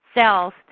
cells